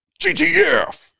GTF